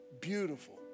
beautiful